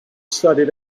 studied